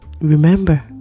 remember